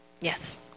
Yes